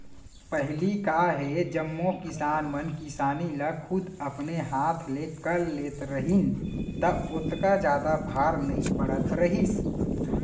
पहिली का हे जम्मो किसान मन किसानी ल खुद अपने हाथ ले कर लेत रहिन त ओतका जादा भार नइ पड़त रहिस